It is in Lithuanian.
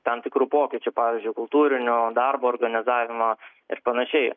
tam tikrų pokyčių pavyzdžiui kultūrinio darbo organizavimo ir panašiai